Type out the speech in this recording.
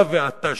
אתה ואתה,